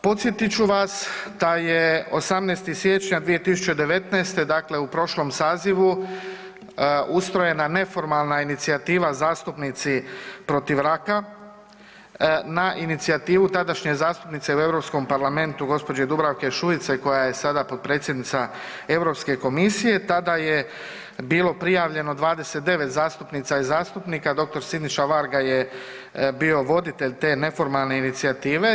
Podsjetit ću vas da je 18. siječnja 2019., dakle u prošlom sazivu ustrojena neformalna inicijativa „Zastupnici protiv raka“ na inicijativu tadašnje zastupnice u Europskom parlamentu gđe. Dubravke Šuice koja je sada potpredsjednica Europske komisije, tada je bilo prijavljeno 29 zastupnica i zastupnika, dr. Siniša Varga je bio voditelj te neformalne inicijative.